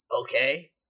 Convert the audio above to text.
Okay